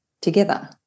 together